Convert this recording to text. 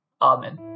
Amen